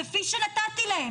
כפי שנתתי להם.